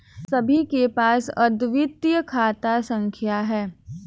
सभी के पास अद्वितीय खाता संख्या हैं